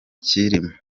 cyilima